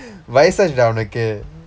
வயதாயிற்று:vayathaayirru dah உனக்கு:unakku